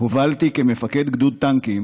הובלתי כמפקד גדוד טנקים